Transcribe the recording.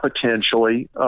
potentially